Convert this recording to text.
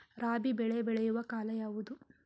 ರಾಬಿ ಬೆಳೆ ಬೆಳೆಯುವ ಕಾಲ ಯಾವುದು?